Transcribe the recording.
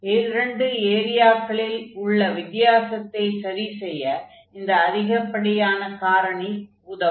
இரண்டு ஏரியாக்களில் உள்ள வித்தியாசத்தைச் சரி செய்ய இந்த அதிகப்படியான காரணி உதவும்